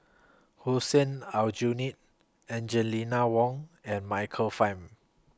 Hussein Aljunied Angel Lina Wang and Michael Fam